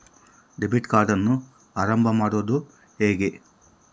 Debit ಕಾರ್ಡನ್ನು ಆರಂಭ ಮಾಡೋದು ಹೇಗೆ?